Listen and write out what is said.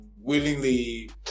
willingly